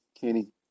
Kenny